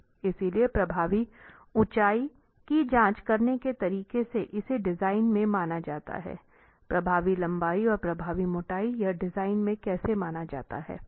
इसलिए प्रभावी ऊंचाई की जांच करने के तरीके से इसे डिजाइन में माना जाता है प्रभावी लंबाई और प्रभावी मोटाई यह डिजाइन में कैसे माना जाता है